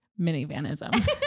minivanism